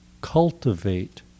cultivate